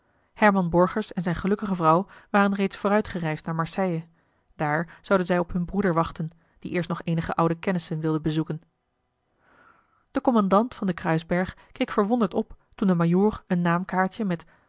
herman borgers en zijne gelukkige vrouw waren reeds vooruitgereisd naar marseille daar zouden zij op hun broeder wachten die eerst nog eenige oude kennissen wilde bezoeken de kommandant van den kruisberg keek verwonderd op toen de eli heimans willem roda majoor een naamkaartje met